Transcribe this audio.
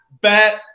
bet